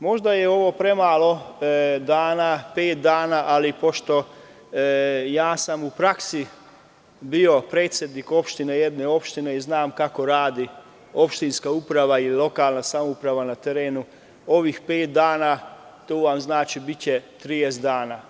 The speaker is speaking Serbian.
Možda je ovo premalo dana ali pošto sam u praksi bio predsednik opštine i znam kako radi opštinska uprava i lokalna samouprava na terenu, ovih pet dana znači da će biti 30 dana.